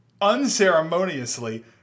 unceremoniously